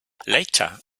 later